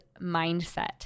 mindset